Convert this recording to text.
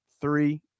three